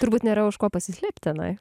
turbūt nėra už ko pasislėpt tenai